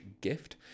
gift